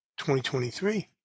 2023